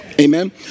Amen